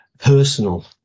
personal